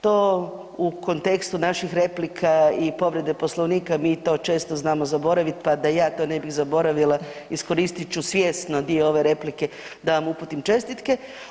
To u kontekstu naših replika i povrede Poslovnika, mi to često znamo zaboraviti, pa da ja to ne bih zaboravila, iskoristit ću svjesno dio ove replike da vam uputim čestitke.